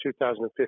2015